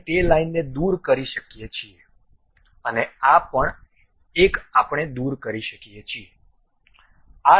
આપણે તે લાઈનને દૂર કરી શકીએ છીએ અને આ પણ એક આપણે દૂર કરી શકીએ છીએ